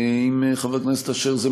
אם זה מקובל על חבר הכנסת אשר,